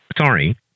Sorry